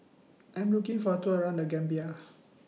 I Am looking For A Tour around The Gambia